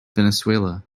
venezuela